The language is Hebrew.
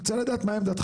אני רוצה לדעת מה עמדתכם?